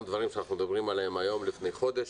דברים שאנחנו מדברים עליהם היום לפני חודש